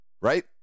right